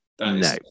No